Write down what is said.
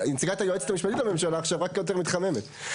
נציגת היועצת המשפטית לממשלה עכשיו רק יותר מתחממת.